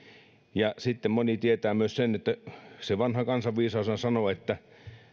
ja sitten moni tietää myös sen että vanha kansanviisaushan sanoo että